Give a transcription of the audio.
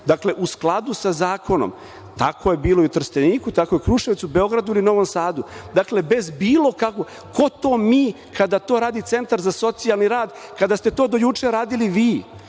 Dakle, u skladu sa zakonom. Tako je bilo u Trsteniku, tako je u Kruševcu, Beogradu, Novom Sadu. Ko to mi kada to radi centar za socijalni rad, kada ste to do juče radili vi,